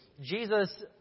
Jesus